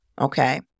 okay